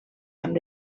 amb